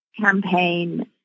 campaign